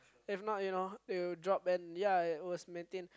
if not you know it'll drop and ya must maintain